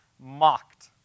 mocked